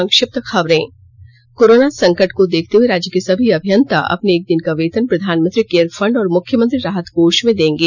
संक्षिप्त खबरें कोरोना संकट को देखते हुए राज्य के सभी अभियंता अपने एक दिन का वेतन प्रधानमंत्री केयर फंड और मुख्यमंत्री राहत कोष में देंगे